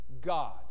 God